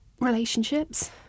relationships